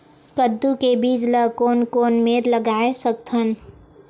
कददू के बीज ला कोन कोन मेर लगय सकथन?